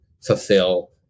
fulfill